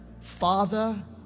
Father